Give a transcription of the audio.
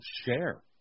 share